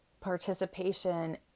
participation